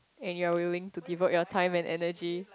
and you're willing to devote your time and energy